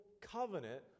Covenant